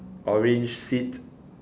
orange feet